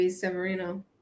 Severino